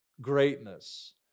greatness